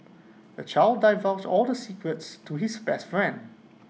the child divulged all the secrets to his best friend